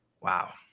wow